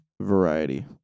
variety